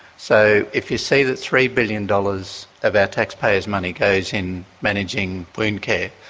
so if you see that three billion dollars of our taxpayers' money goes in managing wound care,